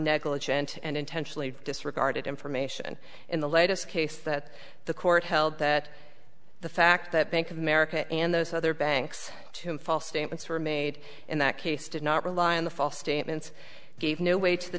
negligent and intentionally disregarded information in the latest case that the court held that the fact that bank of america and those other banks to false statements were made in that case did not rely on the false statements gave no way to the